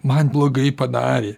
man blogai padarė